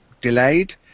delayed